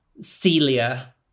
Celia